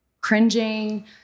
cringing